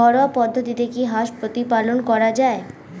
ঘরোয়া পদ্ধতিতে কি হাঁস প্রতিপালন করা যায়?